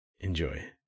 Enjoy